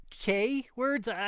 K-words